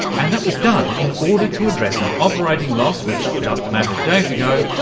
and that was done in order to address an operating loss which, just a matter of days ago,